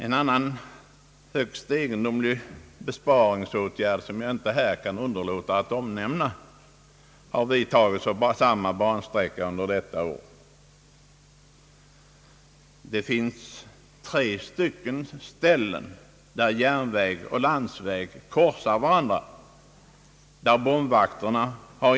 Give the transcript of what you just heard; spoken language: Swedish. En annan högst egendomlig besparingsåtgärd, som jag inte kan underlåta att omnämna, har under detta år vidtagits på den bansträcka jag nyss beskrev. På tre ställen, där järnväg och landsväg korsar varandra, har bomvakterna indragits.